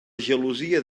gelosia